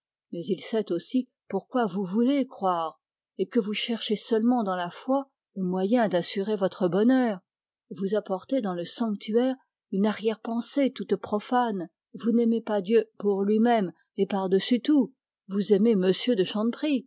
mais il sait aussi pourquoi vous voulez croire et que vous cherchez seulement dans la foi le moyen d'assurer votre bonheur vous apportez dans le sanctuaire une arrière-pensée toute profane vous n'aimez pas dieu pour lui-même et par-dessus tout vous aimez m de